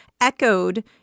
echoed